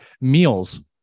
Meals